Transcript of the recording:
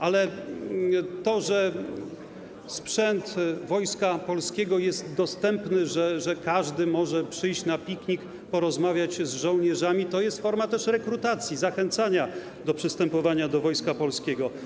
Ale to, że sprzęt Wojska Polskiego jest dostępny, że każdy może przyjść na piknik, porozmawiać z żołnierzami, to jest też forma rekrutacji, zachęcania do wstępowania do Wojska Polskiego.